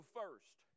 first